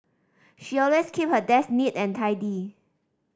she always keep her desk neat and tidy